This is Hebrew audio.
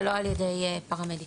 ולא על ידי פרמדיק.